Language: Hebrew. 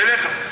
בעיניך.